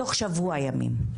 תוך שבוע ימים,